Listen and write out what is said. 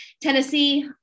Tennessee